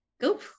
go